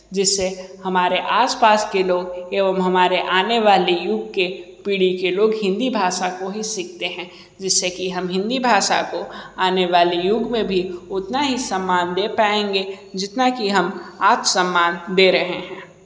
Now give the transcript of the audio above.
जिससे हमारे आसपास के लोग एवं हमारे आने वाले युग के पीढ़ी के लोग हिंदी भाषा को ही सीखते हैं जिससे कि हम हिंदी भाषा को आने वाले युग में भी उतना ही सम्मान दे पाएंगे जितना कि हम आज सम्मान दे रहे हैं